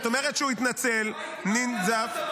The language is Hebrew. את אומרת שהוא התנצל, ננזף.